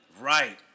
Right